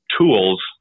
tools